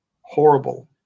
horrible